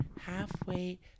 halfway